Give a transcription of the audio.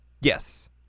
Yes